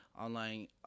Online